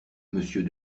monsieur